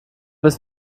bis